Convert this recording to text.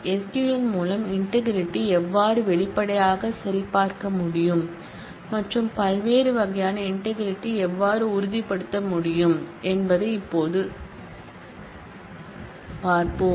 SQL மூலம் integrity எவ்வாறு வெளிப்படையாகச் சரிபார்க்க முடியும் மற்றும் பல்வேறு வகையான இன்டெக்ரிடி எவ்வாறு உறுதிப்படுத்த முடியும் என்பதை இப்போது பார்ப்போம்